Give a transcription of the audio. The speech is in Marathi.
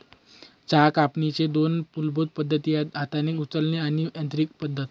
चहा कापणीच्या दोन मूलभूत पद्धती आहेत हाताने उचलणे आणि यांत्रिकी पद्धत